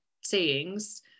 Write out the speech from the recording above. sayings